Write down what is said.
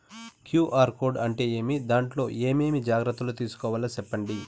QR code అంటే ఏమి? దాంట్లో ఏ ఏమేమి జాగ్రత్తలు తీసుకోవాలో సెప్పండి?